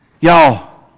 Y'all